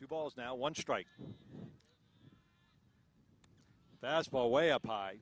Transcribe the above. to ball is now one strike that small way up high